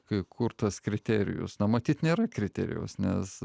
tai kur tas kriterijus nu matyt nėra kriterijaus nes